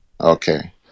Okay